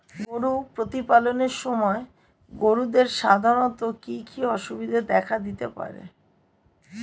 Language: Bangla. গরু প্রতিপালনের সময় গরুদের সাধারণত কি কি অসুবিধা দেখা দিতে পারে?